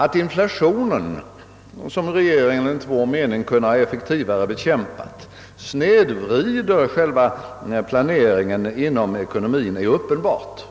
Att inflationen, som regeringen enligt vår mening kunnat effektivare bekämpa, snedvrider själva planeringen inom ekonomien, är uppenbart.